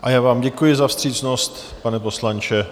A já vám děkuji za vstřícnost, pane poslanče.